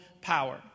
power